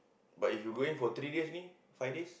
but if you go in for three days means five days